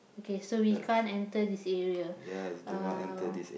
okay so we can't enter this area uh